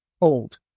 old